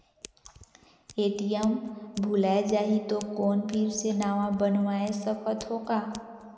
ATM भुलाये जाही तो कौन फिर से नवा बनवाय सकत हो का?